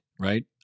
right